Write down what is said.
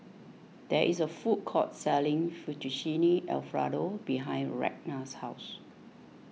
there is a food court selling Fettuccine Alfredo behind Ragna's house